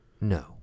no